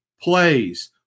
plays